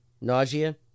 nausea